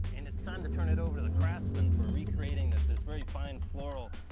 and it's time to turn it over to the craftsman for recreating this very fine, floral,